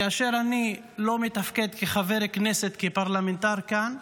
כאשר אני לא מתפקד כחבר כנסת, כפרלמנטר כאן,